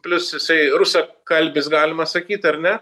plius jisai rusakalbis galima sakyt ar ne